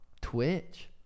Twitch